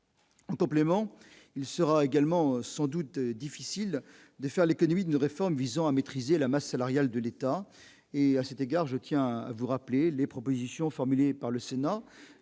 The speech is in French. En complément, il sera également sans doute difficile de faire l'économie d'une réforme visant à maîtriser la masse salariale de l'État et à cet égard, je tiens à vous rappeler les propositions formulées par le Sénat